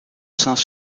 seins